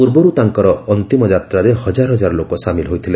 ପୂର୍ବରୁ ତାଙ୍କର ଅନ୍ତିମ ଯାତ୍ରାରେ ହଜାର ହଜାର ଲୋକ ସାମିଲ ହୋଇଥିଲେ